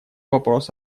вопрос